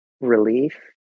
relief